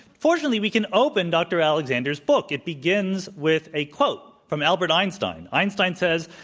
fortunately, we can open dr. alexander's book. it begins with a quote from albert einstein. einstein says,